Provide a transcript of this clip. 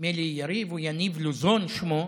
נדמה לי יריב או יניב לוזון שמו,